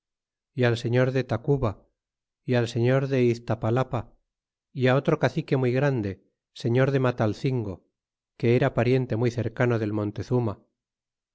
é al señor de tacuba é al señor de iztapalapa é otro cacique muy grande señor de matalcingo que era pariente muy cercano del montezuma